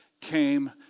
came